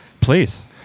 Please